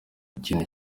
ikintu